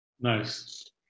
Nice